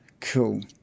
Cool